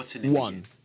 one